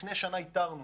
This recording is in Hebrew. לפני שנה איתרנו